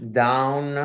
down